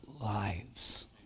lives